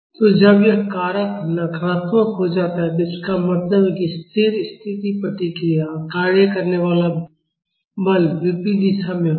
तो जब यह कारक नकारात्मक हो जाता है तो इसका मतलब है कि स्थिर स्थिति प्रतिक्रिया और कार्य करने वाला बल विपरीत दिशा में होगा